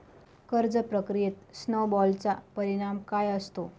कर्ज प्रक्रियेत स्नो बॉलचा परिणाम काय असतो?